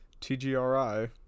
tgri